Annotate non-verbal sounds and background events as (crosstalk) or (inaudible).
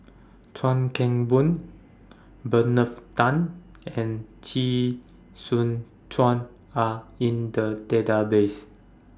Chuan Keng Boon (unintelligible) Tan and Chee Soon (unintelligible) Are in The Database